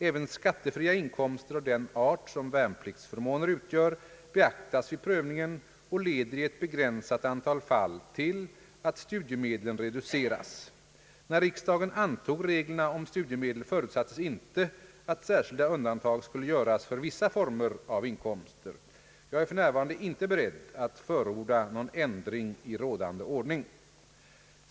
Även skattefria inkomster av den art, som värnpliktsförmåner utgör, beaktas vid prövningen och leder i ett begränsat antal fall till att studiemedlen reduceras. När riksdagen antog reglerna om studiemedel förutsattes inte att särskilda undantag skulle göras för vissa former av in komster. Jag är f. n. inte beredd att förorda någon ändring i rådande ordning.